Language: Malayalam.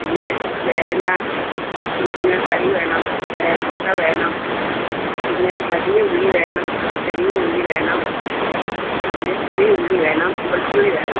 പിന്നെ ചേന മുരിങ്ങക്കായ വേണം ഏത്തക്ക വേണം പിന്നെ വലിയ ഉള്ളി വേണം ചെറിയ ഉള്ളി വേണം പിന്നെ ചെറിയ ഉള്ളി വേണം വെളുത്തുള്ളി വേണം